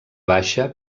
baixa